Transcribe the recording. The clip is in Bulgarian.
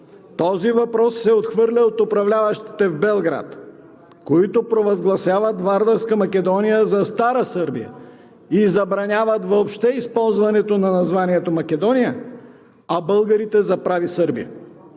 Този въпрос се отхвърля от управляващите в Белград, които провъзгласяват Вардарска Македония за Стара Сърбия и забраняват въобще използването на названието „Македония“, а българите – за прави сърби.